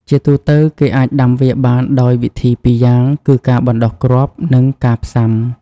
ជាទូទៅ គេអាចដាំវាបានដោយវិធីពីរយ៉ាងគឺ ការបណ្ដុះគ្រាប់ និង ការផ្សាំ។